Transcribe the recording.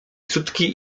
sutki